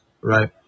Right